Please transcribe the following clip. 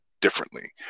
differently